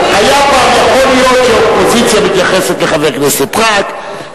היה פעם יכול להיות שאופוזיציה מתייחסת לחבר כנסת אחד.